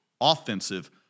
offensive